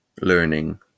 learning